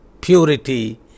purity